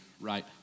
right